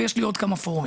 ויש לי עוד כמה פורומים.